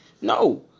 No